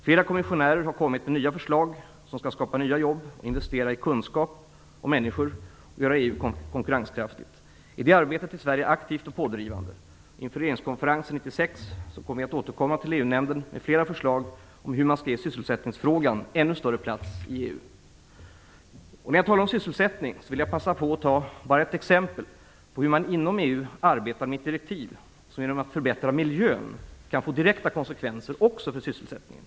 Flera kommissionärer har kommit med nya förslag som skall skapa nya jobb, investera i kunskap och människor och göra EU konkurrenskraftigt. I det arbetet är Sverige aktivt och pådrivande. Inför regeringskonferensen 1996 kommer vi att återkomma till EU-nämnden med flera förslag på hur man skall ge sysselsättningsfrågan ännu större plats i EU. När jag talar om sysselsättning vill jag passa på att ge ett exempel på hur man inom EU arbetar med ett direktiv som genom miljöförbättringar kan få direkta konsekvenser också för sysselsättningen.